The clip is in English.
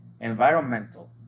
environmental